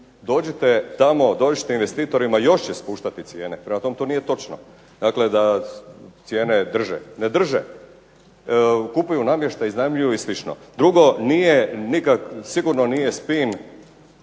Dođite tamo, dođite investitorima još će spuštati cijene. Prema tome to nije točno dakle da cijene drže. Ne drže. Kupuju namještaj, iznajmljuju i slično. Drugo, nije, sigurno nije spin